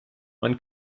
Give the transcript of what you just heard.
man